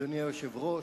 אדוני היושב-ראש,